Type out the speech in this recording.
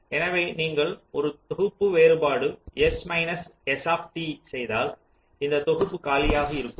எனவே நீங்கள் ஒரு தொகுப்பு வேறுபாடு S மைனஸ் S செய்தால் இந்த தொகுப்பு காலியாக இருக்க கும்